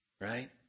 right